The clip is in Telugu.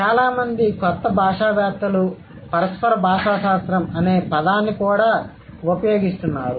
చాలా మంది కొత్త భాషావేత్తలు పరస్పర భాషాశాస్త్రం అనే పదాన్ని కూడా ఉపయోగిస్తున్నారు